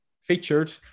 featured